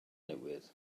newydd